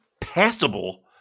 passable